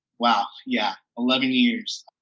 wow, yeah. eleven years.